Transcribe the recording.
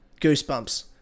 Goosebumps